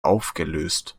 aufgelöst